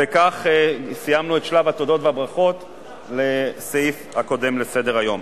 בכך סיימנו את שלב התודות והברכות לסעיף הקודם בסדר-היום.